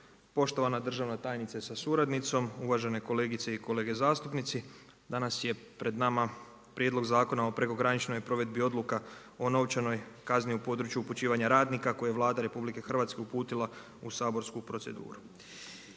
Poštovana državna tajnice sa suradnicom, uvažene kolegice i kolege zastupnici, danas je pred nama prijedloga Zakona o prekograničnoj provedbi odluka o novčanoj kazni u području upućivanju radnika, koje Vlada RH, uputila u saborsku proceduru.